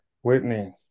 Whitney